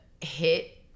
hit